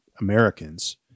americans